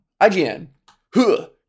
IGN